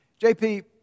JP